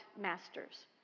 masters